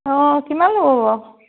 অঁ কিমান ল'ব বাৰু